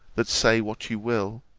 that say what you will,